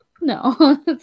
No